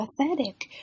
pathetic